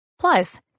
Plus